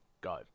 go